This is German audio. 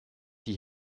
die